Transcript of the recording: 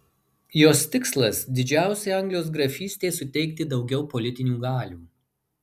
jos tikslas didžiausiai anglijos grafystei suteikti daugiau politinių galių